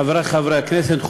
חברי חברי הכנסת,